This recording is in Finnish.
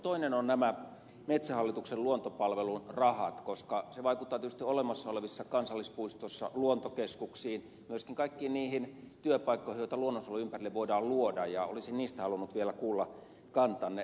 toinen on metsähallituksen luontopalvelun rahat koska se määräraha vaikuttaa tietysti olemassa olevissa kansallispuistoissa luontokeskuksiin myöskin kaikkiin niihin työpaikkoihin joita luonnonsuojelun ympärille voidaan luoda ja olisin niistä halunnut vielä kuulla kantanne